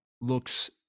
looks